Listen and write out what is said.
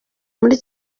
muri